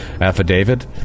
affidavit